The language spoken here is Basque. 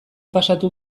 pasatu